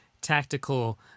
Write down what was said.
tactical